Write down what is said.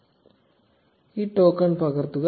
0718 ഈ ടോക്കൺ പകർത്തുക